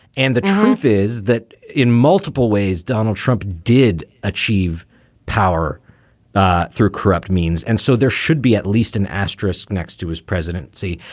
and the truth is that in multiple ways, donald trump did achieve power through corrupt means. and so there should be at least an asterisk next to his presidency.